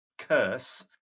curse